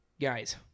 Guys